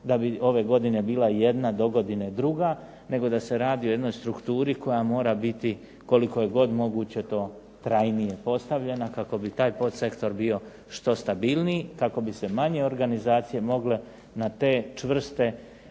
da bi ove godine bila jedna, do godine druga nego da se radi o jednoj strukturi koja mora biti koliko je god moguće to trajnije postavljena kako bi taj pod sektor bio što stabilniji, kako bi se manje organizacije mogle na te čvrste